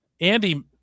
Andy